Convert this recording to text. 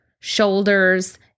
shoulders